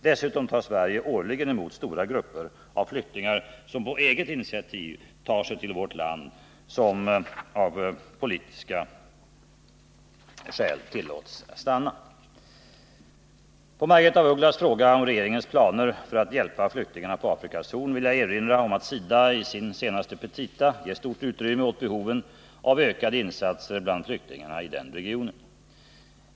Dessutom tar Sverige årligen emot stora grupper av flyktingar som på eget initiativ tar sig till vårt land och som av politiska skäl tillåts stanna. I anslutning till Margaretha af Ugglas fråga om regeringens planer för att hjälpa flyktingarna på Afrikas horn vill jag erinra om att SIDA i sina senaste petita ger stort utrymme åt behoven av ökade insatser bland flyktingar i regionen.